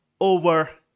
over